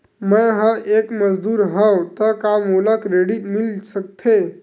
मैं ह एक मजदूर हंव त का मोला क्रेडिट मिल सकथे?